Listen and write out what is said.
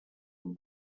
amb